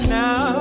now